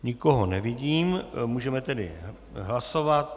Nikoho nevidím, můžeme tedy hlasovat.